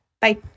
Bye